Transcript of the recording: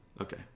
okay